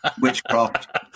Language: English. Witchcraft